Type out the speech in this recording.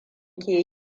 ke